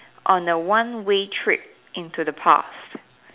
on a one way trip into the past